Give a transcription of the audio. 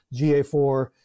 GA4